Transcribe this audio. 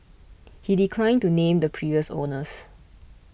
he declined to name the previous owners